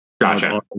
Gotcha